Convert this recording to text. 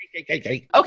Okay